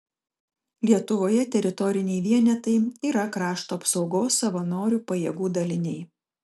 lietuvoje teritoriniai vienetai yra krašto apsaugos savanorių pajėgų daliniai